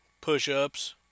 Push-ups